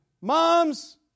Moms